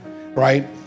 right